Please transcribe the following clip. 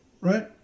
right